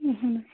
اہن حٲز